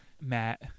Matt